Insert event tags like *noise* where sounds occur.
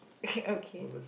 *laughs* okay